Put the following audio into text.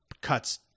cuts